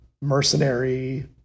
mercenary